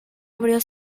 abrió